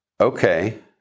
okay